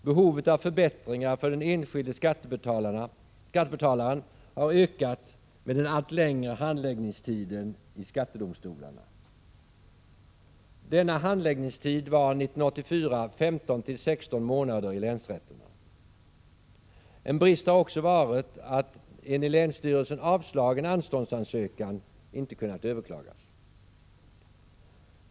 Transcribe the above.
Behovet av förbättringar för den enskilde skattebetalaren har ökat med den allt längre handläggningstiden i skattedomstolarna. 1984 var denna handläggningstid 15-16 månader i länsrätterna. Det har också varit en brist att en i länsstyrelsen avslagen anståndsansökan inte kunnat överklagas.